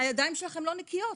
הידיים שלכם לא נקיות.